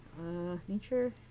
Nature